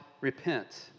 repent